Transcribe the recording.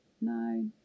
no